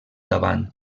davant